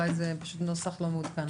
אולי זה פשוט נוסח לא מעודכן.